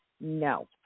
No